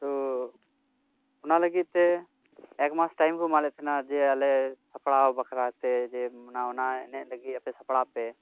ᱛᱚ ᱚᱱᱟ ᱞᱟᱹᱜᱤᱫ ᱛᱮ ᱮᱠᱢᱟᱥ ᱴᱟᱹᱭᱤᱢ ᱠᱚ ᱮᱢᱟᱫ ᱞᱮ ᱛᱟᱦᱮᱱᱟ ᱡᱮ ᱟᱞᱮ ᱥᱟᱯᱲᱟᱣ ᱵᱟᱠᱷᱨᱟ ᱛᱮ ᱡᱮ ᱢᱟᱱᱮ ᱚᱱᱟ ᱮᱱᱮᱡ ᱞᱟᱹᱜᱤᱫ ᱟᱯᱮ ᱥᱟᱯᱲᱟᱜ ᱯᱮ